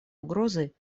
угрозой